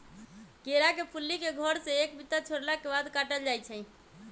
केरा के फुल्ली के घौर से एक बित्ता छोरला के बाद काटल जाइ छै